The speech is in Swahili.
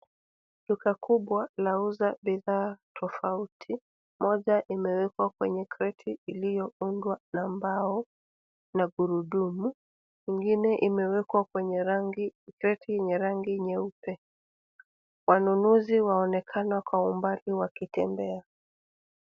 Duka kubwa lauza bidhaa tofauti, moja imewekwa kwenye kreti iliyoundwa na mbao na gurudumu ingine imewekwa kwenye reki yenye rangi nyeupe. Wanunuzi waonekana kwa mbali wakitembea.